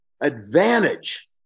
advantage